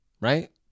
right